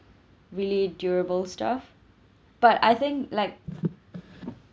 really durable stuff but I think like